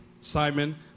Simon